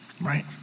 right